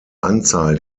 anzahl